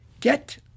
get